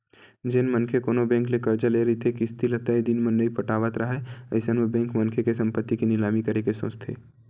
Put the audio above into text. जेन मनखे कोनो बेंक ले करजा ले रहिथे किस्ती ल तय दिन म नइ पटावत राहय अइसन म बेंक मनखे के संपत्ति के निलामी करे के सोचथे